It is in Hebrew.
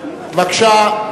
בבקשה.